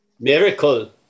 Miracle